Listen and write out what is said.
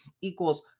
equals